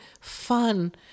fun